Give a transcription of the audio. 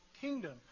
kingdom